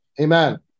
Amen